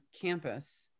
campus